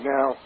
Now